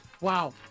Wow